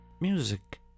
Music